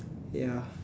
ya